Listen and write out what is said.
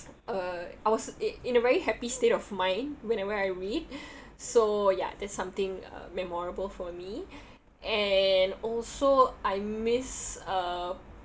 uh I was in in a very happy state of mind whenever I read so ya that's something uh memorable for me and also I miss uh